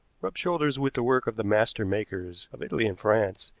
rubbed shoulders with the work of the master makers of italy and france,